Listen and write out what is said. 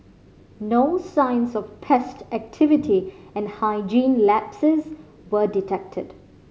no signs of pest activity and hygiene lapses were detected